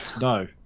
No